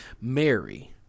mary